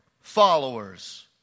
followers